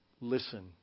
listen